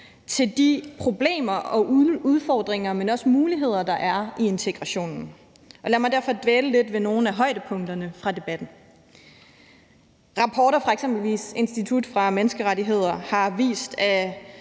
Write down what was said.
til de problemer og udfordringer, men også muligheder, der er i integrationen. Lad mig derfor dvæle lidt ved nogle af højdepunkterne fra debatten. Rapporter fra eksempelvis Institut for Menneskerettigheder har vist,